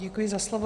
Děkuji za slovo.